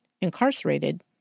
incarcerated